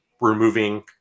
removing